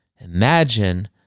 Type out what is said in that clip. Imagine